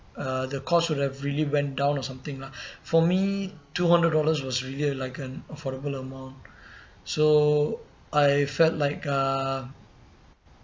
uh the cost would have really went down or something lah for me two hundred dollars was really like an affordable amount so I felt like uh